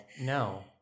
no